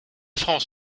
france